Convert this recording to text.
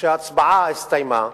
כשההצבעה הסתיימה,